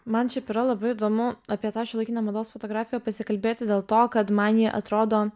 man šiaip yra labai įdomu apie tą šiuolaikinę mados fotografiją pasikalbėti dėl to kad man ji atrodo